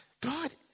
God